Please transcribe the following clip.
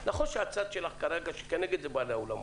שאת עומדת כרגע מול בעלי האולמות,